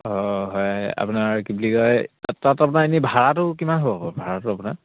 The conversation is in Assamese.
অঁ হয় আপোনাৰ কি বুলি কয় তাত আপোনাৰ এনে ভাড়াটো কিমান হ'ব হ'ব ভাড়াটো আপোনাৰ